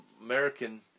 American